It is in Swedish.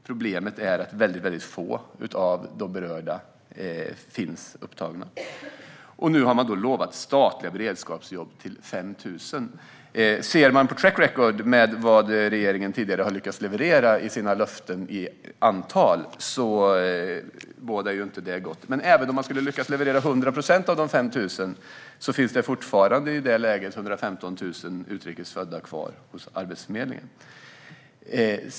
Problemet är att väldigt få av de berörda finns upptagna där. Nu har regeringen lovat statliga beredskapsjobb till 5 000 personer. Om man ser till track record för vad regeringen tidigare har lyckats leverera i antal av sina löften bådar det inte gott. Men även om regeringen skulle lyckas leverera 100 procent av de 5 000 beredskapsjobben finns det fortfarande 115 000 utrikes födda kvar hos Arbetsförmedlingen.